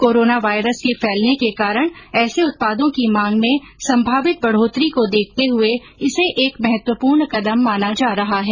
corona virus के फैलने के कारण ऐसे उत्पादों की मांग में संभावित बढोतरी को देखते हुए इसे एक महत्वपूर्ण कदम माना जा रहा है